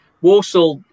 Warsaw